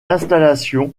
installation